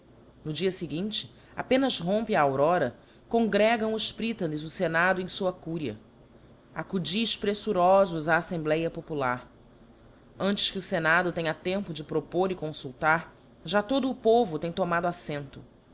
no dia feguinte apenas rompe a aurora congregam os prytanes o fenado em fua cúria acudis preflurofos á aflembléa popular antes que o fenado tenha tempo de propor e confultar já todo o povo tem tomado aítento